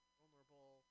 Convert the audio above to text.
vulnerable